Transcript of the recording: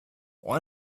one